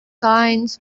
signed